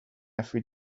every